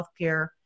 healthcare